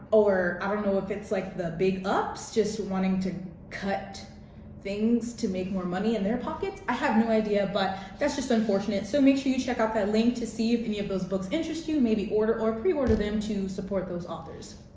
or i don't know if it's like the big ups just wanting to cut things to make more money in their pockets? i have no idea but that's just unfortunate. so make sure you check out that link to see if any of those books interest you. maybe order or pre-order them to support those authors.